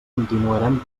continuarem